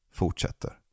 fortsätter